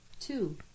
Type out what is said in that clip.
Two